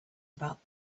about